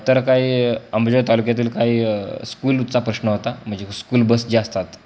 तर काही अंबेजाव तालुक्यातील काही स्कूलचा प्रश्न होता म्हणजे स्कूल बस जे असतात